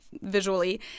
visually